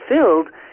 fulfilled